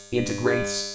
integrates